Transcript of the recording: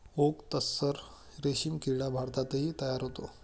okay tussar रेशीम किडा भारतातही तयार होतो